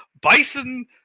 Bison